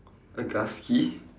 a gusky